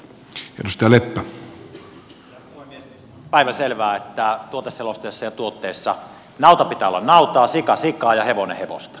on päivänselvää että tuoteselosteessa ja tuotteessa naudan pitää olla nautaa sian sikaa ja hevosen hevosta